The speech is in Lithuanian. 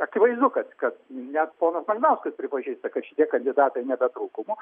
akivaizdu kad kad net ponas malinauskas pripažįsta kad šitie kandidatai ne be trūkumų